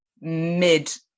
mid